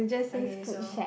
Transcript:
okay so